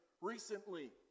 recently